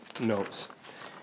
notes